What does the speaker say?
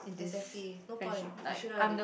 exactly no point they should earn it